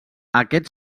aquest